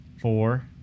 four